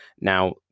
now